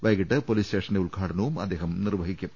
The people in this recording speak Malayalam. വൈകീട്ട് പൊലീസ് സ്റ്റേഷന്റെ ഉദ്ഘാടനവും അദ്ദേഹം നിർവഹിക്കും